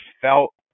felt